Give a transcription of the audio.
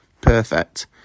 perfect